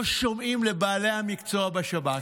לא שומעים לבעלי המקצוע בשב"כ,